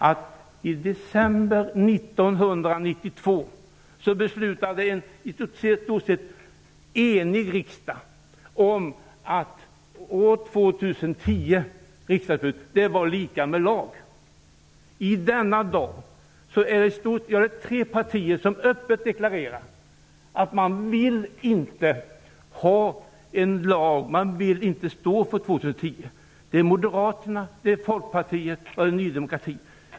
Det är märkligt, herr talman och riksdagskolleger, att det i denna dag är tre partier som öppet deklarerar att man inte vill stå för 2010. Det är Moderaterna, Folkpartiet och Ny demokrati.